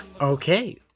Okay